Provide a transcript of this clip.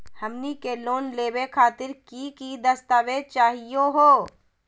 हमनी के लोन लेवे खातीर की की दस्तावेज चाहीयो हो?